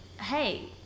hey